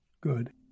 good